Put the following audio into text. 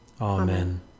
Amen